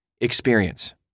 experience